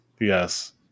Yes